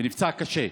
נפצע קשה,